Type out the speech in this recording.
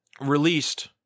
released